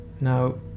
Now